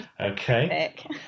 okay